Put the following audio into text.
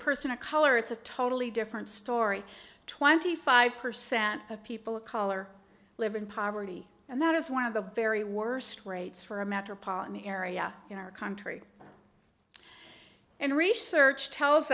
person of color it's a totally different story twenty five percent of people of color live in poverty and that is one of the very worst rates for a metropolitan area in our country and research tells